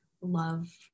love